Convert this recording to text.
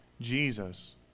Jesus